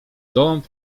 gołąb